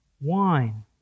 wine